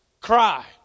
cry